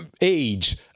age